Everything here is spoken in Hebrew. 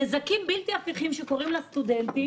נזקים בלתי הפיכים שקורים לסטודנטים